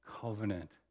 covenant